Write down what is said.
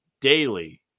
daily